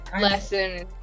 lesson